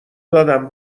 دادم